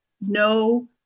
no